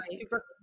super